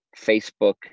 Facebook